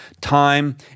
time